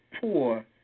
poor